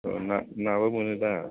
औ ना नाबो मोनो दा